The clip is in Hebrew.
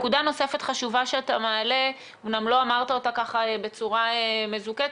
נקודה נוספת חשובה שאתה מעלה אומנם לא אמרת אותה בצורה מזוקקת,